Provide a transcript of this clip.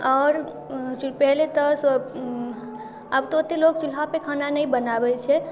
आओर पहिले तऽ आब तऽ ओतेक लोक चुल्हापर खाना नहि बनाबै छै